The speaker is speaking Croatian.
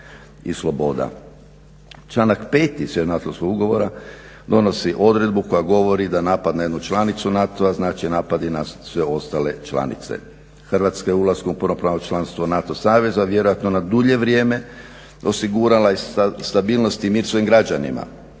Članak 5. Sjevernoatlantskog ugovora donosi odredbu koja govori da napad na jednu članicu NATO-a znači napad i na sve ostale članice. Hrvatska je ulaskom u punopravno članstvo NATO saveza vjerojatno na dulje vrijeme osigurala i stabilnost i mir svojim građanima.